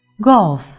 Golf